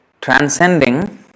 transcending